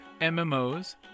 mmos